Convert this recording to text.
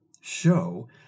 show